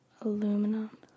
Aluminum